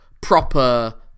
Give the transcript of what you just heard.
proper